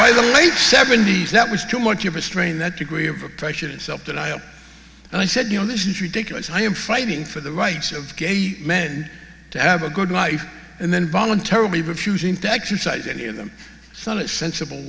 late seventy's that was too much of a strain that degree of oppression and self denial and i said you know this is ridiculous i am fighting for the rights of gay men to have a good life and then voluntarily refusing to exercise any of them solace sensible